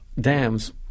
dams